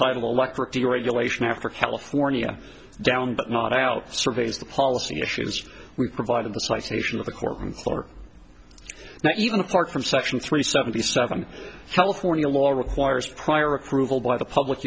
of electric deregulation after california down but not out surveys the policy issues we provided the citation of the court room floor now even apart from section three seventy seven california law requires prior approval by the public